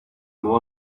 more